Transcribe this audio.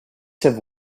have